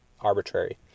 arbitrary